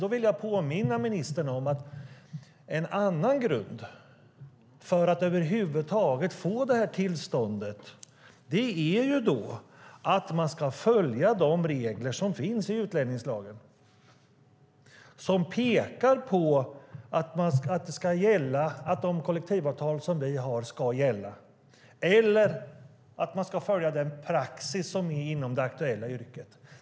Då vill jag påminna ministern om att en annan grund för att över huvud taget få det här tillståndet är att man ska följa de regler som finns i utlänningslagen som pekar på att de kollektivavtal som vi har ska gälla eller att man ska följa den praxis som finns inom det aktuella yrket.